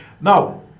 now